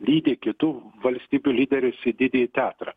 lydi kitų valstybių lyderius į didįjį teatrą